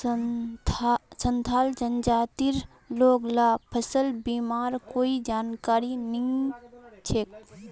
संथाल जनजातिर लोग ला फसल बीमार कोई जानकारी नइ छेक